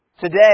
Today